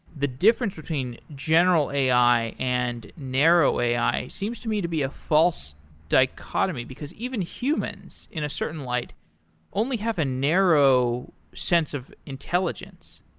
the difference between general a i. and narrow a i. seems to me to be a false dichotomy, because even humans in a certain light only have a narrow sense of intelligence.